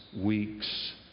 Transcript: weeks